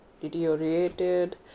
deteriorated